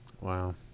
Wow